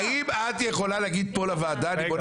האם את יכולה להגיד פה לוועדה אני בונה